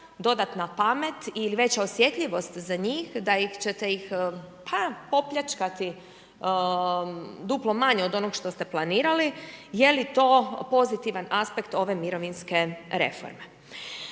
dodatna pamet ili veća osjetljivost za njih da ćete ih pa opljačkati duplo manje od onog što ste planirali, je li to pozitivan aspekt ove mirovinske reforme?